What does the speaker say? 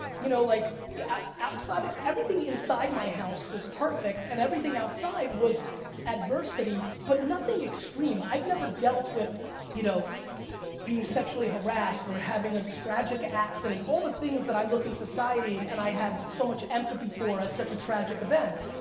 you know like yeah everything inside my house was perfect, and everything outside was adversity but nothing extreme. i've never dealt with you know being sexually harassed or having a tragic accident, all the things that i look in society, and i have so much empathy for as such a tragic event.